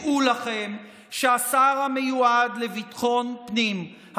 דעו לכם שהשר המיועד לביטחון פנים,